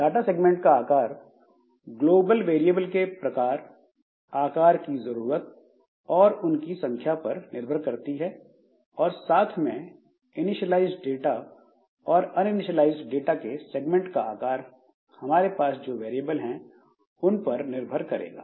data segment का आकार global variable के प्रकार आकार की जरूरत और उनकी संख्या पर निर्भर करती है और साथ में इनीशिएलाइज्ड डाटा और अनइनीशिएलाइज्ड डाटा के सेगमेंट का आकार हमारे पास जो वेरिएबल हैं उन पर निर्भर करेगा